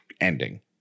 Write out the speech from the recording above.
ending